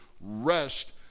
rest